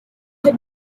the